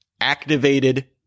activated